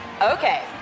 Okay